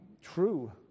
true